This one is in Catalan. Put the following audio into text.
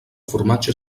formatge